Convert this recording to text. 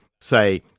say